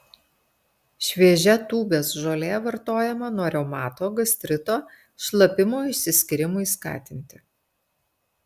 šviežia tūbės žolė vartojama nuo reumato gastrito šlapimo išsiskyrimui skatinti